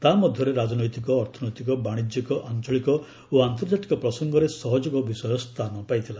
ତାହା ମଧ୍ୟରେ ରାଜନୈତିକ ଅର୍ଥନୈତିକ ବାଣିଜ୍ୟିକ ଆଞ୍ଚଳିକ ଓ ଆନ୍ତର୍ଜାତିକ ପ୍ରସଙ୍ଗରେ ସହଯୋଗ ବିଷୟ ସ୍ଥାନ ପାଇଥିଲା